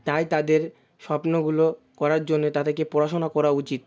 তাই তাদের স্বপ্নগুলো করার জন্যে তাদেরকে পড়াশোনা করা উচিত